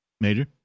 Major